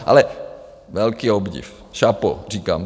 Ale velký obdiv, Chapo, říkám.